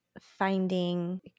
finding